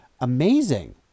amazing